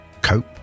cope